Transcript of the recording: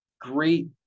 great